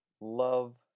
love